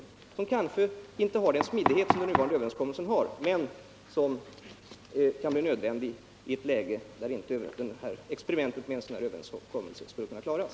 En sådan lagstiftning har kanske inte den smidighet som den nuvarande överenskommelsen har, men den kan bli nödvändig i ett läge där experimentet med en överenskommelse inte lyckas.